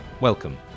Welcome